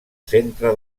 centre